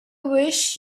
wish